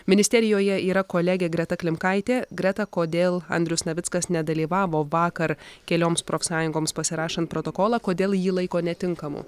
ministerijoje yra kolegė greta klimkaitė greta kodėl andrius navickas nedalyvavo vakar kelioms profsąjungoms pasirašant protokolą kodėl jį laiko netinkamu